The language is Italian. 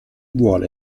vuole